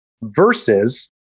versus